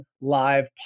live